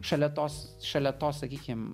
šalia tos šalia to sakykim